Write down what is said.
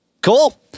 Cool